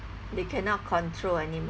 they cannot control anymore